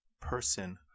person